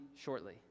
shortly